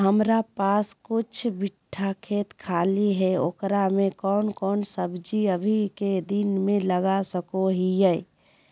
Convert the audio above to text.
हमारा पास कुछ बिठा खेत खाली है ओकरा में कौन कौन सब्जी अभी के दिन में लगा सको हियय?